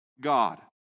God